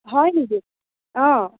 হয় নিকি অঁ